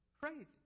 crazy